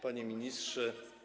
Panie Ministrze!